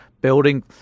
building